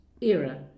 era